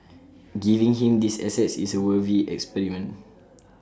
giving him these assets is A worthy experiment